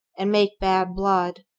and make bad blood!